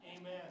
Amen